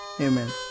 amen